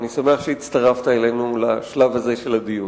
ואני שמח שהצטרפת אלינו לשלב הזה של הדיון,